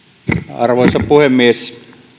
arvoisa puhemies